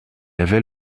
avait